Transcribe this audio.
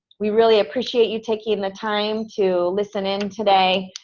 we really appreciate you taking the time to listen in today,